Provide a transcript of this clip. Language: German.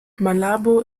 malabo